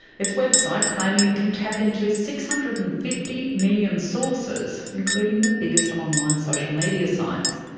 its website claiming it can tap into six hundred and fifty million sources including the biggest online social media sites.